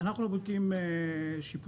אנחנו לא בודקים שיפוצים,